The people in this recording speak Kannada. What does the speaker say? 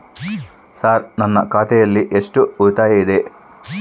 ಸರ್ ನನ್ನ ಖಾತೆಯಲ್ಲಿ ಎಷ್ಟು ಉಳಿತಾಯ ಇದೆ?